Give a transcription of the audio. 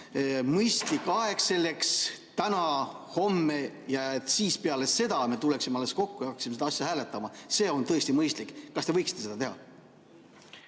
Mõistlik aeg selleks on täna-homme ja alles peale seda me tuleksime kokku ja hakkasime seda asja hääletama. See on tõesti mõistlik. Kas te võiksite seda teha?